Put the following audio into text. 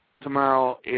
tomorrow